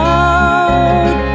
out